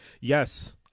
yes